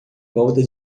volta